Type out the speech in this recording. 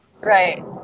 Right